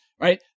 right